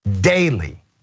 daily